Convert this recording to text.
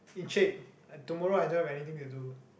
Encik tomorrow I don't have anything to do